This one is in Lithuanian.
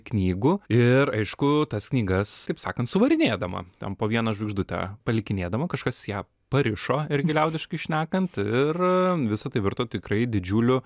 knygų ir aišku tas knygas taip sakant suvarinėdama ten po vieną žvaigždutę palikinėdama kažkas ją parišo irgi liaudiškai šnekant ir visa tai virto tikrai didžiuliu